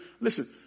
Listen